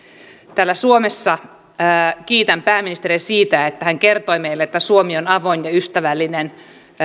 täällä suomessa kiitän pääministeriä siitä että hän kertoi meille että suomi on avoin ja ystävällinen